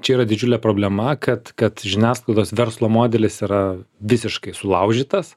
čia yra didžiulė problema kad kad žiniasklaidos verslo modelis yra visiškai sulaužytas